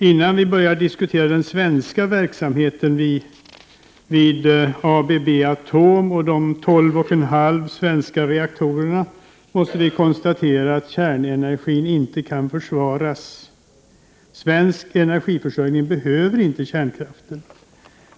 Innan vi börjar diskutera den svenska verksamheten vid ABB-ATOM och de tolv och en halv svenska reaktorerna måste vi konstatera att kärnenergin inte kan försvaras. Svensk energiförsörjning behöver inte kärnkraften.